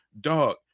dog